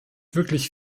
wirklich